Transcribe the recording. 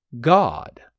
God